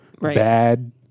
bad